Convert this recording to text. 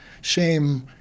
shame